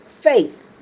faith